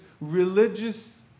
religious